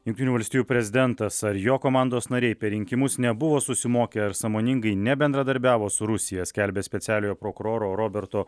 jungtinių valstijų prezidentas ar jo komandos nariai per rinkimus nebuvo susimokę ar sąmoningai nebendradarbiavo su rusija skelbia specialiojo prokuroro roberto